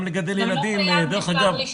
גם לא חייב בשלב ראשון.